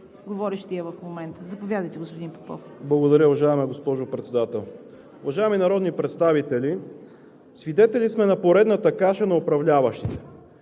говорещия в момента. Заповядайте, господин Попов. ФИЛИП ПОПОВ: Благодаря Ви, уважаема госпожо Председател. Уважаеми народни представители, свидетели сме на поредната каша на управляващите,